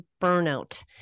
burnout